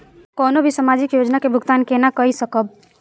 कोनो भी सामाजिक योजना के भुगतान केना कई सकब?